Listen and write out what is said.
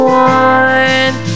one